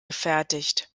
gefertigt